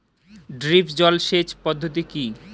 Drip জল সেচ পদ্ধতি কি?